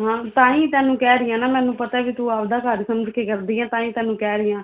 ਹਾਂ ਤਾਂ ਹੀ ਤੈਨੂੰ ਕਹਿ ਰਹੀ ਆ ਨਾ ਮੈਨੂੰ ਪਤਾ ਵੀ ਤੂੰ ਆਪਦਾ ਘਰ ਸਮਝ ਕੇ ਕਰਦੀ ਹ ਤਾਂ ਹੀ ਤੈਨੂੰ ਕਹਿ ਰਹੀ